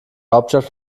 hauptstadt